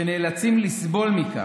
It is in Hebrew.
שנאלצים לסבול מכך.